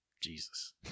Jesus